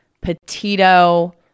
petito